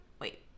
wait